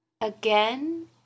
Again